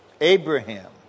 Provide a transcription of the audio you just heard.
Abraham